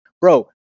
Bro